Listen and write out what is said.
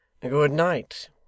Good-night